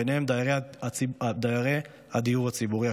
ובהם דיירי הדיור הציבורי,